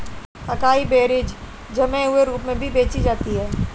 acai berries जमे हुए रूप में भी बेची जाती हैं